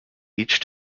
each